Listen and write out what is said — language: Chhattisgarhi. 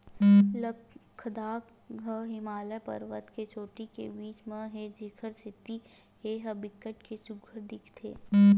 लद्दाख ह हिमालय परबत के चोटी के बीच म हे जेखर सेती ए ह बिकट के सुग्घर दिखथे